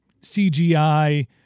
CGI